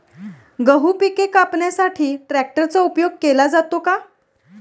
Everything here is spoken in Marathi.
गहू पिके कापण्यासाठी ट्रॅक्टरचा उपयोग केला जातो का?